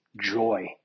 joy